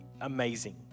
amazing